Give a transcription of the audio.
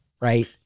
right